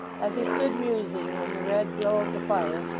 as he stood musing in the red glow of the fire,